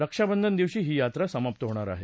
रक्षाबंधन दिवशी ही यात्रा समाप्त होणार आहे